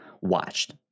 watched